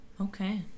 Okay